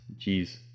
Jeez